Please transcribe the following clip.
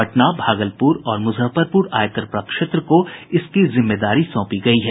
पटना भागलपुर और मुजफ्फरपुर आयकर प्रक्षेत्र को इसकी जिम्मेदारी सौंपी गयी है